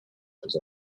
poza